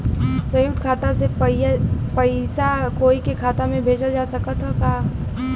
संयुक्त खाता से पयिसा कोई के खाता में भेजल जा सकत ह का?